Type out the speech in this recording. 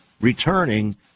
returning